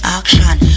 action